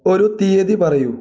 ഒരു തീയതി പറയൂ